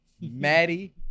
Maddie